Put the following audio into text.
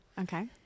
Okay